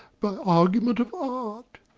by argument of art.